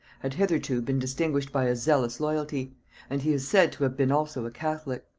had hitherto been distinguished by a zealous loyalty and he is said to have been also a catholic.